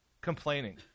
complaining